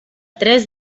tres